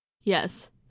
Yes